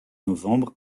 novembre